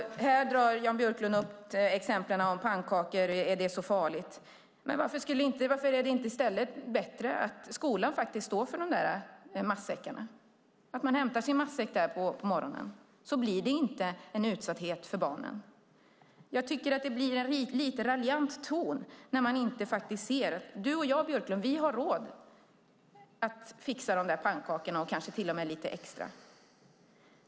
Jan Björklund drar upp ett exempel med pannkakor och undrar om det är så farligt. Men vore det inte bättre att skolan stod för de där matsäckarna, att man hämtade sin matsäck där på morgonen? Då blir det inte någon utsatthet för barnen. Jag tycker att det blir en lite raljant ton när man inte ser detta. Du och jag, Björklund, har råd att fixa de där pannkakorna och kanske till och med lite extra.